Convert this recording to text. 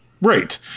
Right